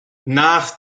nach